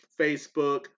Facebook